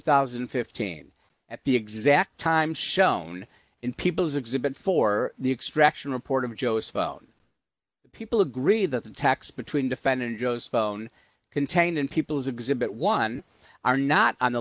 thousand and fifteen at the exact time shown in people's exhibit for the extraction report of joe's phone people agree that the tax between defendant joe's phone contained in people's exhibit one are not on